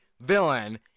villain